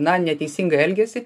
na neteisingą elgesį